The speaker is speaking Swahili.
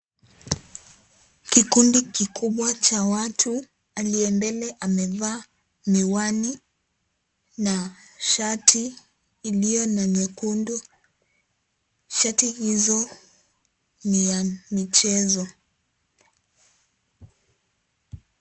Kikundi kikubwa cha watu aliye mbele amevaa miwani na shati iliyo na nyekundu. Shati hizo ni ya michezo.